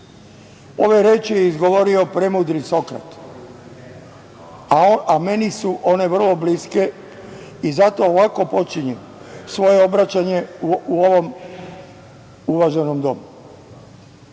Ove reči je izgovorio premudri Sokrat, a meni su one vrlo bliske i zato ovako počinjem svoje obraćanje u ovom uvaženom